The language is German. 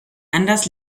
anders